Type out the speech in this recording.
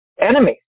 enemies